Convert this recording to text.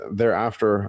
thereafter